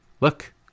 Look